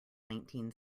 nineteen